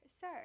sir